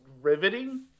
riveting